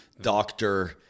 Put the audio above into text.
doctor